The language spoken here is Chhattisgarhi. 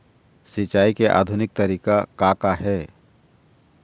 सिचाई के आधुनिक तरीका का का हे?